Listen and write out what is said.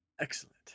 Excellent